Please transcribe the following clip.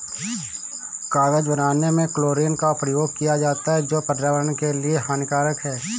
कागज बनाने में क्लोरीन का प्रयोग किया जाता है जो पर्यावरण के लिए हानिकारक है